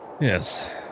Yes